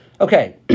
okay